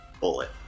bullet